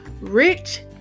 rich